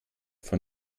von